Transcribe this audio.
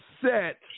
set